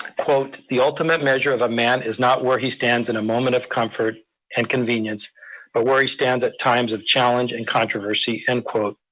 quote, the ultimate measure of a man is not where he stands in a moment of comfort or and convenience, but where he stands at times of challenge and controversy. end quote,